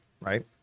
right